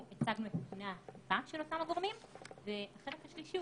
הצגנו את נתוני האכיפה של אותם הגורמים והחלק השלישי הוא